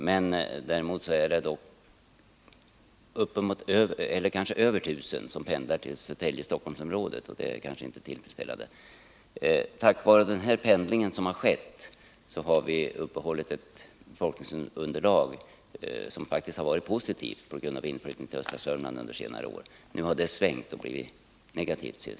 Men vad som inte är tillfredsställande är att kanske över 1 000 personer pendlar till Stockholmsområdet. Tack vare pendlingen och på grund av inflyttning till östra Sörmland under senare år har vi i Nyköpings kommun kunnat upprätthålla vårt befolkningsunderlag. vilket har varit positivt. Utvecklingen har emellertid svängt under det senaste året, om än i liten omfattning.